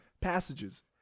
passages